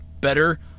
better